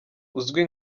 uzwi